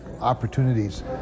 opportunities